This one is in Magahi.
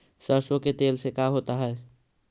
सरसों के तेल से का होता है?